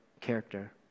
character